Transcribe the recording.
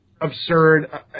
absurd